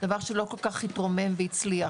דבר שלא כל כך התרומם והצליח.